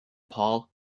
paul